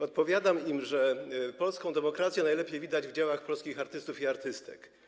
Odpowiadam im, że polską demokrację najlepiej widać w dziełach polskich artystów i artystek.